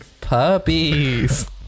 Puppies